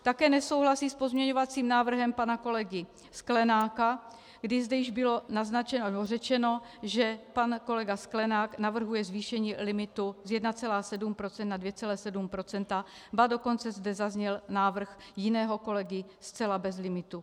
Také nesouhlasí s pozměňovacím návrhem pana kolegy Sklenáka, kdy zde již bylo naznačeno nebo řečeno, že pan kolega Sklenák navrhuje zvýšení limitu z 1,7 % na 2,7 %, ba dokonce zde zazněl návrh jiného kolegy zcela bez limitu.